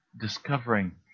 discovering